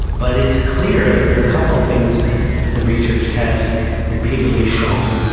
but it's clear that there are a couple of things the research has repeatedly shown.